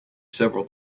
several